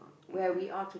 where we are to